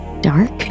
dark